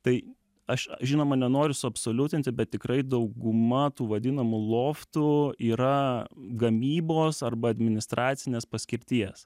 tai aš žinoma nenoriu suabsoliutinti bet tikrai dauguma tų vadinamų loftų yra gamybos arba administracinės paskirties